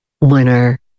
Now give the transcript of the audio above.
winner